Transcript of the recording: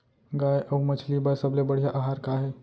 गाय अऊ मछली बर सबले बढ़िया आहार का हे?